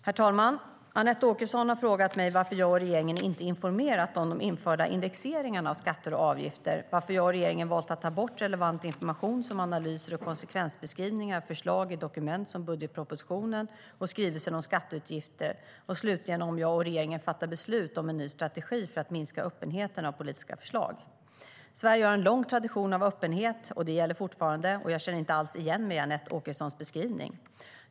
Herr talman! Anette Åkesson har frågat mig varför jag och regeringen inte informerat om de införda indexeringarna av skatter och avgifter, varför jag och regeringen valt att ta bort relevant information som analyser och konsekvensbeskrivningar av förslag i dokument som budgetpropositionen och skrivelsen om skatteutgifter och slutligen om jag och regeringen fattat beslut om en ny strategi att minska öppenheten av politiska förslag. Sverige har en lång tradition av öppenhet. Det gäller fortfarande. Jag känner inte alls igen mig i Anette Åkessons beskrivning.